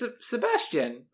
Sebastian